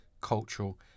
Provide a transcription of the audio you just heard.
cultural